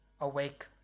awake